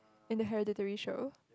in the hereditary show